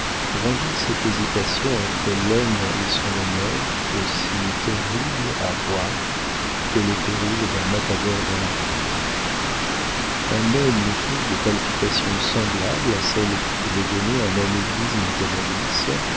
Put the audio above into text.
rendirent cette hésitation entre l'homme et son honneur aussi terrible à voir que le péril d'un matador dans l'arène un homme ne trouve de palpitations semblables à celles qui pouvaient donner un anévrisme